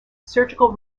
surgical